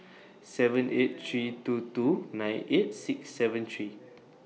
seven eight three two two nine eight six seven three